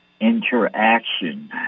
Interaction